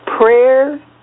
Prayer